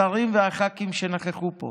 השרים והח"כים שנכחו פה,